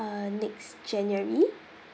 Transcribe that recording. uh next january